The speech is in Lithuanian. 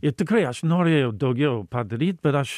ir tikrai aš norėjau daugiau padaryt bet aš